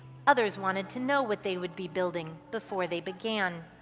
others wanted to know what they would be building before they began.